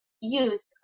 youth